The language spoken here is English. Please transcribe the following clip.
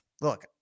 Look